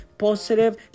positive